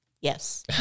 Yes